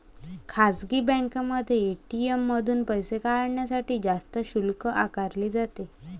खासगी बँकांमध्ये ए.टी.एम मधून पैसे काढण्यासाठी जास्त शुल्क आकारले जाते